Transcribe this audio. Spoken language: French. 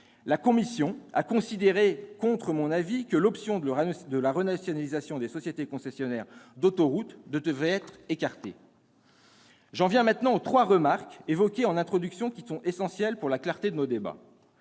la commission a considéré, contre mon avis, que l'option de la renationalisation des sociétés concessionnaires d'autoroutes devait être écartée. J'en viens maintenant aux trois remarques évoquées en introduction, qui sont essentielles pour la clarté de nos débats.